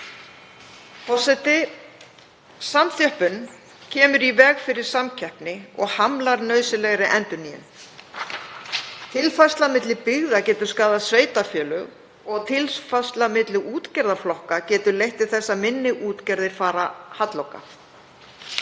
Forseti. Samþjöppun kemur í veg fyrir samkeppni og hamlar nauðsynlegri endurnýjun. Tilfærsla milli byggða getur skaðað sveitarfélög og tilfærsla milli útgerðarflokka getur leitt til þess að minni útgerðir fara halloka.